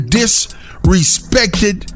disrespected